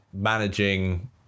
managing